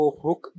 hook